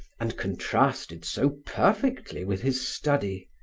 and contrasted so perfectly with his study,